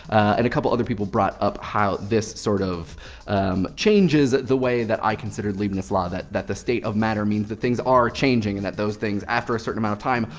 and a couple other people brought up, how this sort of um changes the way that i considered leaving this law, that that the state of matter means that things are changing and that those things, after a certain amount of time,